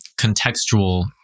contextual